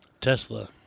Tesla